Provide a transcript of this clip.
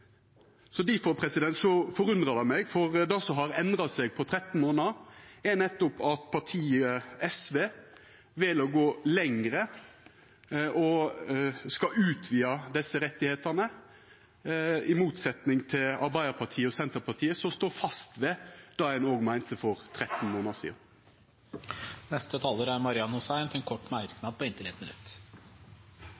forundrar det meg, for det som har endra seg på 13 månader, er nettopp at partiet SV vel å gå lenger og skal utvida desse rettane, i motsetnad til Arbeidarpartiet og Senterpartiet, som står faste ved det ein òg meinte for 13 månader sidan. Representanten Marian Hussein har hatt ordet to ganger tidligere i debatten og får ordet til en kort